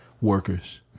workers